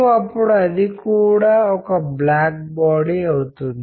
ఇక ఇది non linear communication గా మారిపోతుంది